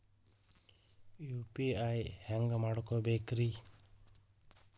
UPI ಹ್ಯಾಂಗ ಮಾಡ್ಕೊಬೇಕ್ರಿ?